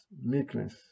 meekness